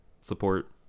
Support